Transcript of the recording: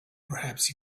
perhaps